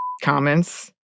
comments